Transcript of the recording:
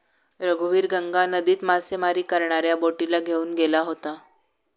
रघुवीर गंगा नदीत मासेमारी करणाऱ्या बोटीला घेऊन गेला होता